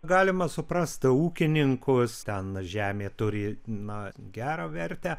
galima suprast ūkininkus ten žemė turi na gerą vertę